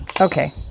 okay